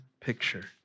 picture